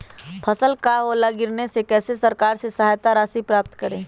फसल का ओला गिरने से कैसे सरकार से सहायता राशि प्राप्त करें?